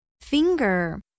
finger